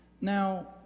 Now